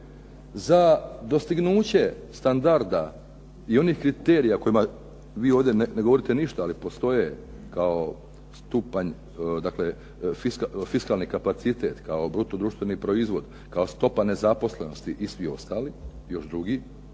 za dostignuće standarda i onih kriterija o kojima vi ovdje ne govorite ništa, ali postoje kao stupanj fiskalni kapacitet, kao bruto društveni proizvod, kao stopa nezaposlenosti i svi ostali još drugi,